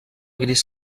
gris